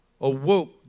awoke